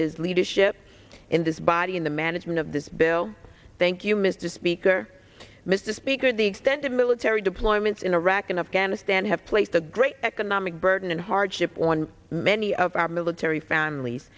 his leadership in this body in the management of this bill thank you mr speaker mr speaker the extended military deployments in iraq and afghanistan have placed a great economic burden in hardship on many of our military families